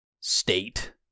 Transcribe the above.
state